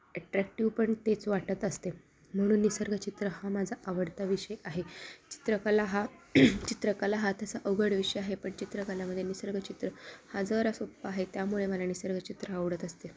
attractive पण तेच वाटत असते म्हणून निसर्ग चित्र हा माझा आवडता विषय आहे चित्रकला हा चित्रकला हा तसा अवघड विषय आहे पण चित्रकलामध्ये निसर्ग चित्र हा जरा सोपा आहे त्यामुळे मला निसर्ग चित्र आवडत असते